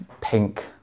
pink